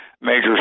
major